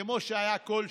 כמו שהיה כל שנה,